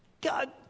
God